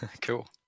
Cool